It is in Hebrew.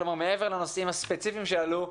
כלומר מעבר לנושאים הספציפיים שעלו,